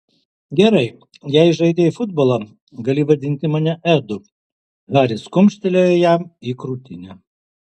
gerai jei žaidei futbolą gali vadinti mane edu haris kumštelėjo jam į krūtinę